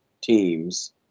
teams